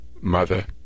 mother